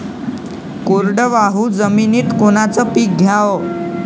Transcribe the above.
कोरडवाहू जमिनीत कोनचं पीक घ्याव?